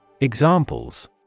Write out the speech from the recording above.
Examples